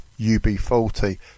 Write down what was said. ub40